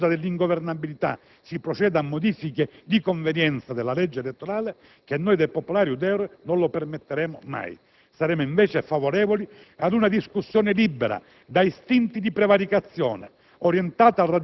che con la scusa dell'ingovernabilità si possa procedere a modifiche di convenienza della legge elettorale che noi Popolari-Udeur non lo permetteremo mai. Saremo invece favorevoli ad una discussione libera da istinti di prevaricazione,